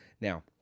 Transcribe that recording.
now